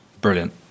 Brilliant